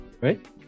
Right